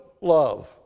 love